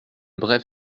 brève